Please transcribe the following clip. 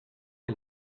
que